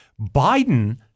Biden